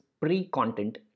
pre-content